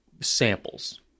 Samples